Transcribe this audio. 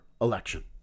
election